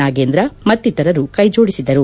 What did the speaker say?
ನಾಗೇಂದ್ರ ಮತ್ತಿತರರು ಕೈಜೋಡಿಸಿದರು